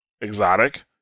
exotic